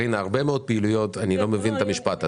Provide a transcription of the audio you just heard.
הרבה מאוד פעילויות, אני לא מבין את המשפט הזה.